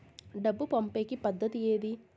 డబ్బు పంపేకి పద్దతి ఏది